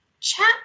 Chat